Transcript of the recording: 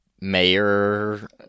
mayor